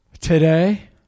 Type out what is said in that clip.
Today